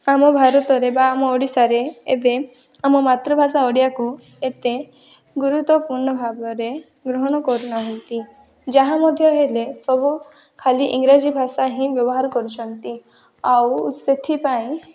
ଆମ ଭାରତରେ ବା ଆମ ଓଡ଼ିଶାରେ ଏବେ ଆମ ମାତୃଭାଷା ଓଡ଼ିଆକୁ ଏତେ ଗୁରୁତ୍ଵପୂର୍ଣ୍ଣ ଭାବରେ ଗ୍ରହଣ କରୁନାହାଁନ୍ତି ଯାହା ମଧ୍ୟ ହେଲେ ସବୁ ଖାଲି ଇଂରାଜୀ ଭାଷା ହିଁ ବ୍ୟବହାର କରୁଛନ୍ତି ଆଉ ସେଥିପାଇଁ